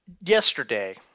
yesterday